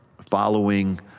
following